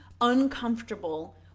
uncomfortable